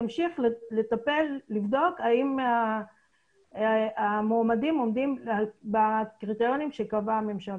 ימשיך לטפל ולבדוק האם המועמדים עומדים בקריטריונים שקבעה הממשלה.